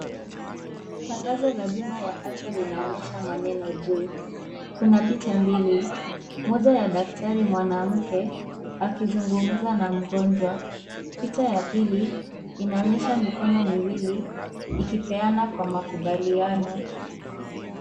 Tangazo la bima ya afya linaonyesha maneneo juu kuna picha mbili, moja ya daktari mwanamke akizungumza na mgonjwa picha ya pili inaonyesha mikono miwili ikipeana kwa makubalianao.